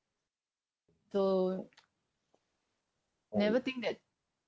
so never think that